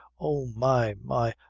oh! my, my!